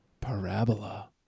parabola